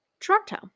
Toronto